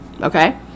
okay